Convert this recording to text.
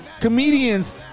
Comedians